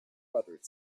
buttered